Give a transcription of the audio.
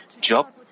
Job